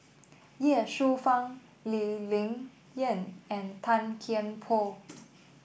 Ye Shufang Lee Ling Yen and Tan Kian Por